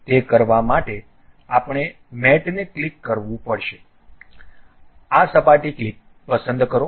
તે કરવા માટે આપણે મેટને ક્લિક કરવું પડશે આ સપાટી પસંદ કરો